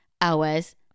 hours